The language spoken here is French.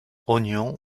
oignons